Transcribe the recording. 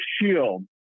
Shield